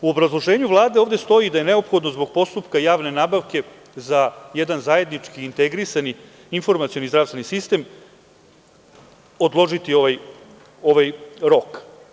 U obrazloženju Vlade ovde stoji da je neophodno zbog postupka javne nabavke za jedan zajednički integrisani informacioni zdravstveni sistem, odložiti ovaj rok.